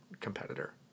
competitor